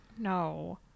No